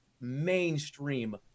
mainstream